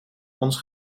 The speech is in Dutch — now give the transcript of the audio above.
ons